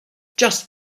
just